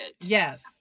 Yes